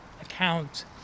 account